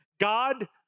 God